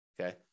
okay